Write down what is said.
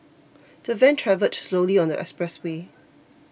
the van travelled slowly on the expressway